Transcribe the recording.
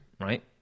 right